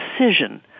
decision